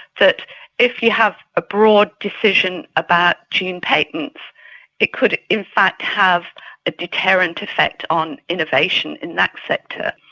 that if you have a broad decision about gene patents it could in fact have a deterrent effect on innovation in that sector.